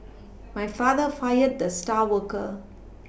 my father fired the star worker